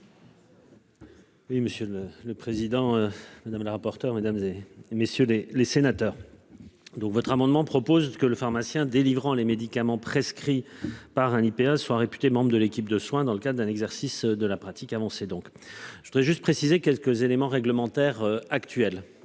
Oui monsieur le le président, madame la rapporteure mesdames et messieurs les les sénateurs. Donc votre amendement propose que le pharmacien délivrant les médicaments prescrits par un IPS soit réputée, membre de l'équipe de soins dans le cadre d'un exercice de la pratique avancée donc. Je voudrais juste préciser quelques éléments réglementaires actuel.